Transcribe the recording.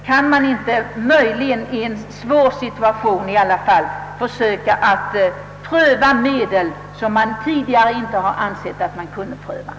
är det inte tänkbart att i en sådan situation försöka pröva medel som man inte tidigare velat ta till?